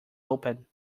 open